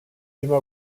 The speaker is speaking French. emma